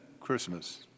Christmas